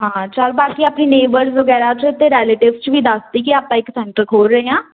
ਹਾਂ ਚਲ ਬਾਕੀ ਆਪਣੀ ਨੇਬਰ ਵਗੈਰਾ 'ਚ ਅਤੇ ਰੈਲੇਟਿਵਸ 'ਚ ਵੀ ਦੱਸ ਦੀਏ ਆਪਾਂ ਇੱਕ ਸੈਂਟਰ ਖੋਲ੍ਹ ਰਹੇ ਹਾਂ